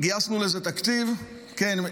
גייסנו לזה תקציב, כן,